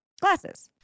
Glasses